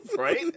right